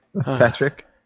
Patrick